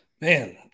Man